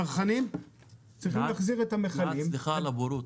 סליחה על הבורות